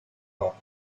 off